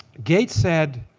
gates said,